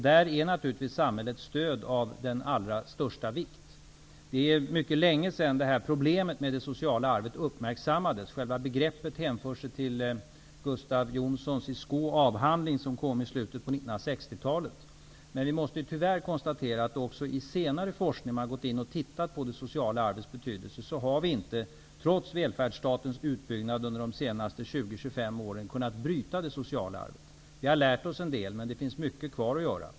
Där är naturligtvis samhällets stöd av allra största vikt. Det är mycket länge sedan problemet med det sociala arvet uppmärksammades. Själva begreppet hänför sig till avhandlingen av Gustav Jonsson i Skå som kom i slutet av 60-talet. Vi måste tyvärr konstatera att senare forskning om arvets betydelse har visat att trots välfärdsstatens uppbyggnad under de senaste 20--25 åren har det sociala arvet inte kunnat brytas. Vi har lärt oss en del, men vi har mycket kvar att göra.